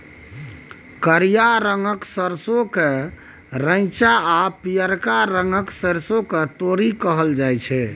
करिया रंगक सरसों केँ रैंचा आ पीयरका रंगक सरिसों केँ तोरी कहल जाइ छै